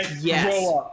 Yes